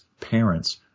parents